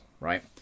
Right